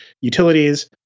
utilities